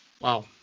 Wow